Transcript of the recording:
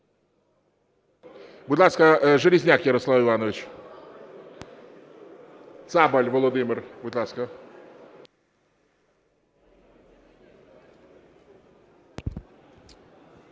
Будь ласка, Железняк Ярослав Іванович. Цабаль Володимир, будь ласка.